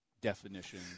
definition